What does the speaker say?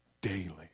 daily